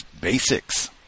basics